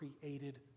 created